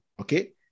Okay